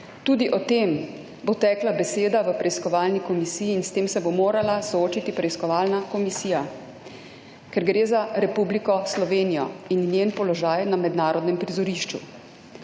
Tudi o tem bo tekla beseda v preiskovalni komisiji in s tem se bo morala soočiti preiskovalna komisija, ker gre za Republiko Slovenijo in njej položaj na mednarodnem prizorišču.